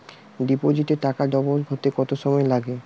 ডিপোজিটে টাকা ডবল হতে কত সময় লাগে?